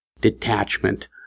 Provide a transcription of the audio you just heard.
detachment